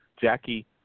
Jackie